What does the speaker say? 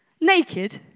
naked